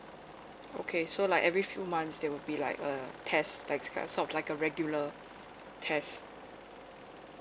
okay so like every few months there will be like a test like a sort of like a regular test